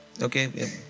Okay